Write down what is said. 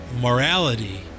morality